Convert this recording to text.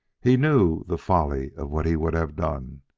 he knew the folly of what he would have done,